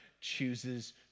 chooses